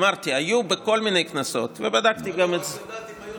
אמרתי, היו בכל מיני כנסות, בדקתי גם את זה.